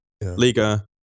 Liga